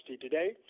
today